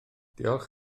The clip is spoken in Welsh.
diolch